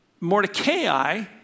Mordecai